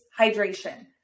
hydration